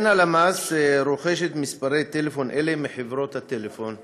אין הלמ"ס רוכשת מספרי טלפון אלה מחברות הטלפון.